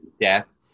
death